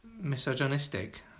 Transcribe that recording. misogynistic